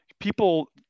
People